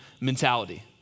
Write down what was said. mentality